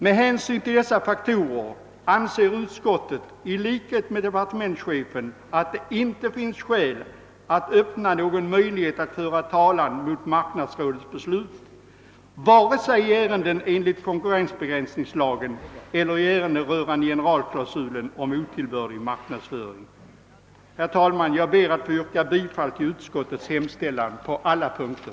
Med hänsyn till dessa faktorer anser utskottet i likhet med departementschefen att det inte finns skäl att öppna någon möjlighet att föra talan mot marknadsrådets beslut vare sig i ärenden <enligt konkurrensbegränsningslagen eller i ärenden rörande generalklausulen om otillbörlig marknadsföring. Herr talman! Jag ber att få yrka bifall till utskottets hemställan på alla punkter.